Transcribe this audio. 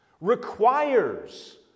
requires